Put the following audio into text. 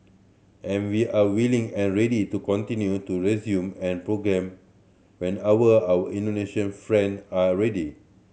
and we are willing and ready to continue to resume and programme whenever our Indonesian friend are ready